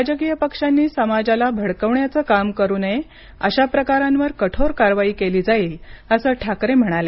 राजकीय पक्षांनी मराठा समाजाला भडकवण्याचं काम करु नये असा प्रकारांवर कठोर कारवाई केली जाईल असं ठाकरे म्हणाले